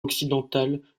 occidentale